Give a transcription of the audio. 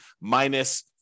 minus